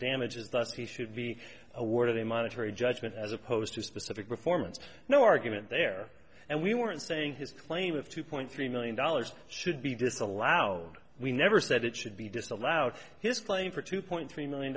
damages thus he should be awarded a monetary judgment as opposed to specific performance no argument there and we weren't saying his claim of two point three million dollars should be disallowed we never said it should be disallowed his claim for two point three million